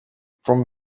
from